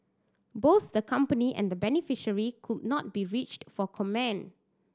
both the company and the beneficiary could not be reached for comment